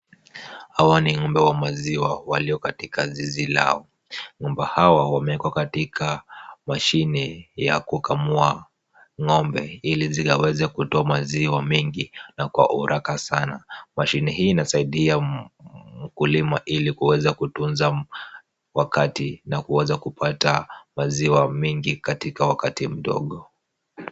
Hawa ni ng'ombe wa maziwa walio katika zizi lao. Ng'ombe hawa wamewekwa katika mashine ya kukamua ng'ombe ili zikaweze kutoa maziwa mengi na kwa haraka sana. Mashine hii inasaidia mkulima ili kuweza kutunza wakati na kuwezakupata maziwa mingi katika wakati mdogo.